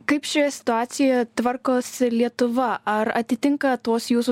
kaip šioje situacijo tvarkosi lietuva ar atitinka tuos jūsų